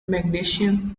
magnesium